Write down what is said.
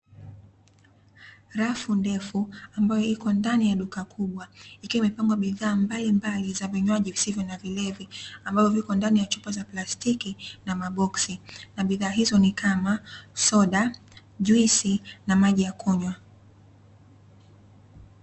Rafu ndefu ambayo iko ndani ya duka kubwa, ikiwa imepangwa bidhaa mbali mbali za vinywaji visivo na vilevi ambavyo viko ndani ya chupa za plastiki na ma boksi na bidhaa hizo ni kama soda, juisi na maji ya kunywa.